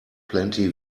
plenty